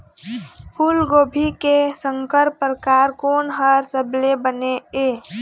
फूलगोभी के संकर परकार कोन हर सबले बने ये?